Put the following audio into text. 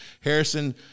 Harrison